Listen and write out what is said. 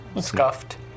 Scuffed